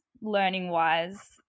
learning-wise